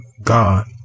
God